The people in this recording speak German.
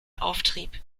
auftrieb